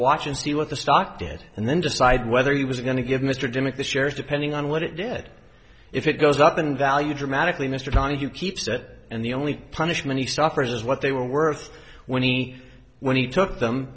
watch and see what the stock did and then decide whether he was going to give mr dimmick the shares depending on what it did if it goes up in value dramatically mr donahue keeps it and the only punishment he suffers is what they were worth when he when he took them